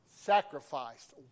Sacrificed